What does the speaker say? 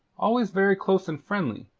always very close and friendly,